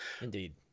Indeed